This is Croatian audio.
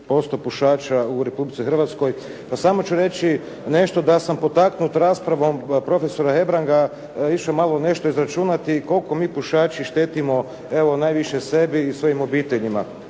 30% pušača u Republici Hrvatskoj. Samo ću reći nešto, da sam potaknut raspravom profesora Hebranga išao malo nešto izračunati koliko mi pušači štetio evo najviše sebi i svojim obiteljima,